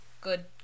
good